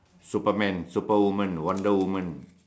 Superman superwoman wonder woman